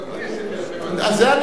הזכויות לא